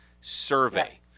survey